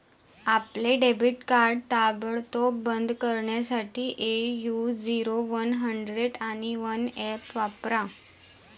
आपले debit card ताबडतोब बंद करण्यासाठी ए.यू झिरो वन हंड्रेड आणि वन ऍप वापरा